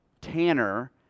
Tanner